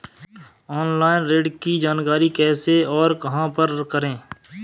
Online ऋण की जानकारी कैसे और कहां पर करें?